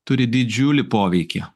turi didžiulį poveikį